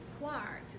required